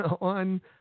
on